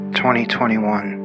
2021